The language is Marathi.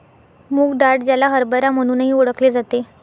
मूग डाळ, ज्याला हरभरा म्हणूनही ओळखले जाते